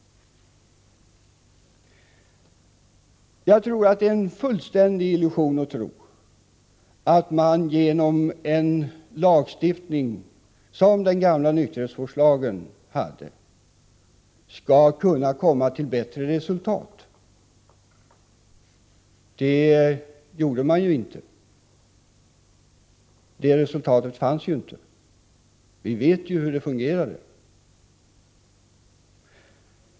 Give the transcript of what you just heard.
Jag tror att det är en fullständig illusion att tro att man genom en lagstiftning som i den gamla nykterhetsvårdslagen skall kunna komma till bättre resultat. Det var ju inte så. Sådana resultat åstadkoms inte. Vi vet hur det fungerade.